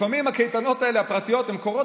לפעמים הקייטנות הפרטיות האלה קורות